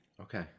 Okay